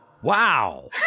Wow